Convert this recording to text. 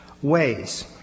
ways